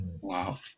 Wow